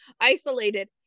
isolated